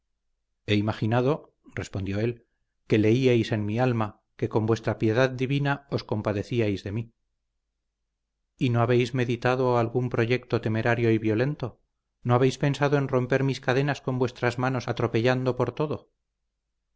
he imaginado respondió él que leíais en mi alma que con vuestra piedad divina os compadezcíais de mí y no habéis meditado algún proyecto temerario y violento no habéis pensado en romper mis cadenas con vuestras manos atropellando por todo